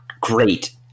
great